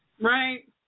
Right